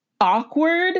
awkward